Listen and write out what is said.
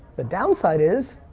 the downside is,